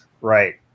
right